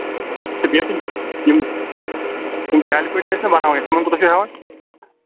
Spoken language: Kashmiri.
تہٕ بیٚیہِ ٲسۍ یِم یِم یِم جالہِ پٔٹۍ تہِ ٲسۍ نا بَناوٕنۍ اَسہِ تِمن کوٗتاہ چھِو ہیٚوان